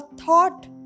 thought